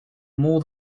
more